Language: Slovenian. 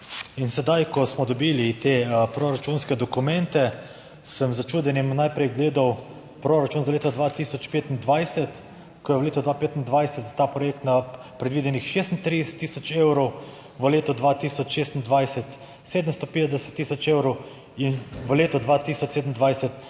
sedaj, ko smo dobili te proračunske dokumente, sem z začudenjem najprej gledal proračun za leto 2025, ko je v letu 2025 za ta projekt na predvidenih 36000 evrov v letu 2026 750000 evrov in v letu 2027